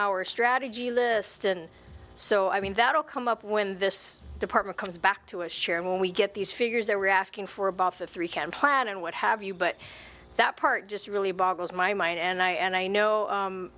our strategy list and so i mean that will come up when this department comes back to a share and when we get these figures are reacting for a buffet three can plan and what have you but that part just really boggles my mind and i and i know